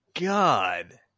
God